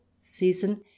season